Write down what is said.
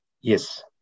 Yes